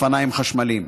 אופניים חשמליים.